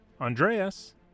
Andreas